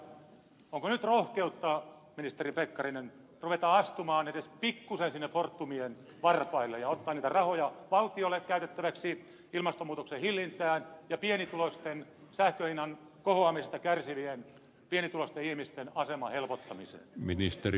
onko nyt rohkeutta ministeri pekkarinen ruveta astumaan edes pikkuisen sinne fortumien varpaille ja ottaa niitä rahoja valtiolle käytettäväksi ilmastonmuutoksen hillintään ja sähkönhinnan kohoamisesta kärsivien pienituloisten ihmisten aseman helpottamiseen